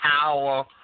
Power